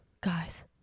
guys